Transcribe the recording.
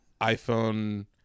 iphone